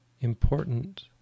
important